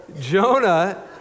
Jonah